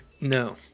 no